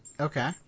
Okay